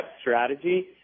strategy